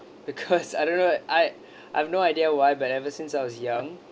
because I don't know I I have no idea why but ever since I was young